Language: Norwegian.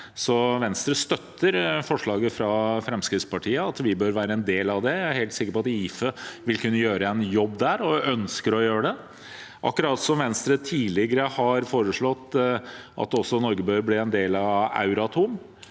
Venstre støtter forslaget fra Fremskrittspartiet om at vi bør være en del av det. Jeg er helt sikker på at IFE vil kunne gjøre en jobb der, og ønsker å gjøre det. Venstre har også tidligere foreslått at Norge bør bli en del av Euratom.